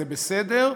זה בסדר,